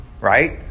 right